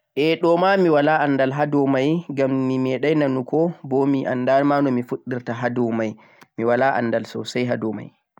eh ɗo ma mi walaa anndal haa dow may ngam mi meeɗay nanugoh boo mi annda maa no mi fuɗɗirta haa dow may, mi walaa anndal soosay haa dow may